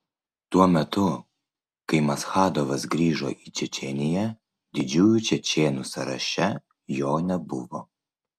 tuo metu kai maschadovas grįžo į čečėniją didžiųjų čečėnų sąraše jo nebuvo